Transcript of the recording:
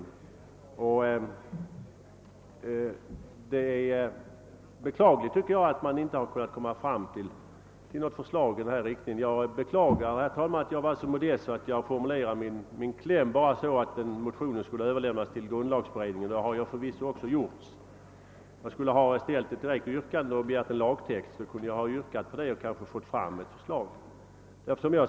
Jag tycker det är beklagligt att det inte har kunnat komma fram något förslag i den här riktningen. Jag beklagar, herr talman, att jag var så modest att jag formulerade klämmen i min motion så, att motionen bara skulle överlämnas till grundlagberedningen. Det har förvisso också skett. Jag borde ha ställt ett direkt yrkande om en lagtext, så hade jag kanske kunnat få fram ett förslag.